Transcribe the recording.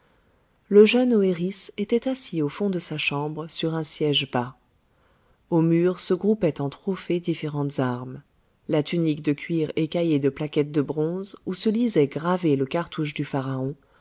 le jeune oëris était assis au fond de sa chambre sur un siège bas aux murs se groupaient en trophées différentes armes la tunique de cuir écaillée de plaquettes de bronze où se lisait gravé le cartouche du pharaon